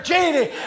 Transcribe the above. Jeannie